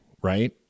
right